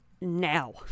now